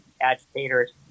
agitators